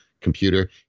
computer